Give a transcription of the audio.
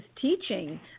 teaching